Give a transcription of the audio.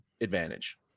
advantage